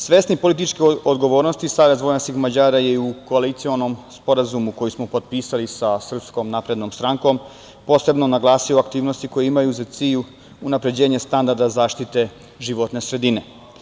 Svesni političke odgovornosti, Savez vojvođanskih Mađara je i u koalicionom sporazumu koji smo potpisali sa Srpskom naprednom strankom, posebno naglasila aktivnosti koje imaju za cilj unapređenje standarda zaštite životne sredine.